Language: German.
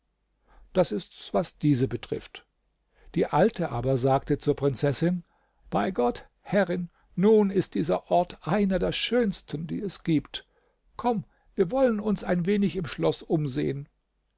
das ist's was diese betrifft die alte aber sagte zur prinzessin bei gott herrin nun ist dieser ort einer der schönsten die es gibt komm wir wollen uns ein wenig im schloß umsehen